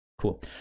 Cool